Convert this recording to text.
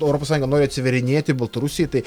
europos sąjunga nori atsiverinėti baltarusijai tai